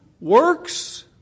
works